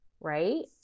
right